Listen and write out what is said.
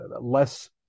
Less